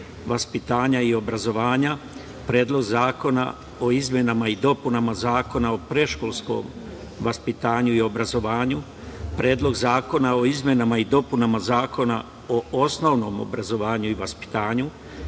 vaspitanja i obrazovanja, Predlog zakona o izmenama i dopunama Zakona o predškolskom vaspitanju i obrazovanju, Predlog zakona o izmenama i dopunama Zakona o osnovnom obrazovanju i vaspitanju,